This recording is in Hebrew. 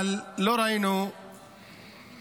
אבל לא ראינו התייחסות